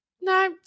No